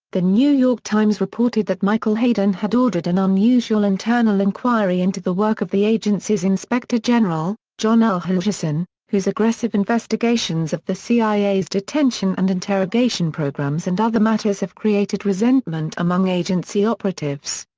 the new york times reported that michael hayden had ordered an unusual internal inquiry into the work of the agency's inspector general, john l. helgerson, whose aggressive investigations of the cia's detention and interrogation programs and other matters have created resentment among agency operatives.